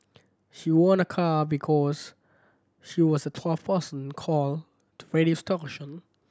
she won a car because she was the twelfth person call